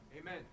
Amen